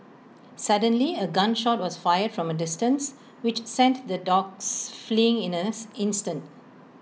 suddenly A gun shot was fired from A distance which sent the dogs fleeing in us instant